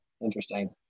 Interesting